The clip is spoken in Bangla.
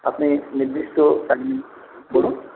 আপনি নির্দিষ্ট টাইমিং বলুন